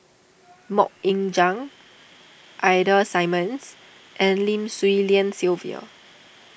Mok Ying Jang Ida Simmons and Lim Swee Lian Sylvia